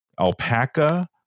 Alpaca